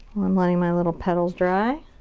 i'm letting my little petals dry.